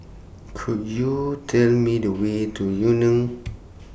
Could YOU Tell Me The Way to Yu Neng